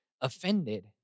offended